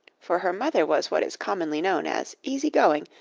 for her mother was what is commonly known as easy-going,